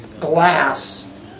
glass